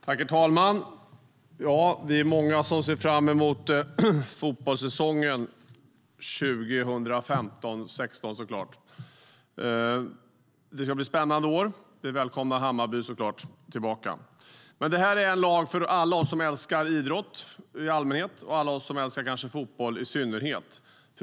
Herr talman! Vi är såklart många som ser fram emot fotbollssäsongen 2015/2016. Det ska bli ett spännande år. Vi välkomnar såklart Hammarby tillbaka till allsvenskan. Det här är en lag för alla oss som älskar idrott i allmänhet och kanske fotboll i synnerhet.